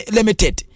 Limited